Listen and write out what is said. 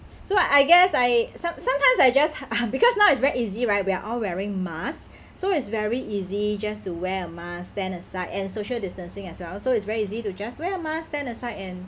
so I guess I some sometimes I just because now it's very easy right we are all wearing masks so it's very easy just to wear a mask stand aside and social distancing as well so it's very easy to just wear a mask stand aside and